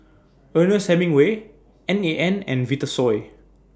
Ernest Hemingway N A N and Vitasoy